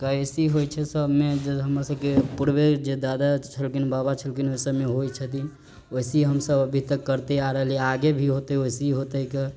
अइसी होइ छै सबमे जे हमरसबके पुरवे जे दादा छलखिन बाबा छलखिन वैसब मे होइ छथिन वइसी हमसब अभी तक करते आ रहलीयै आगे भी होतै वइसी होतै क